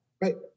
Right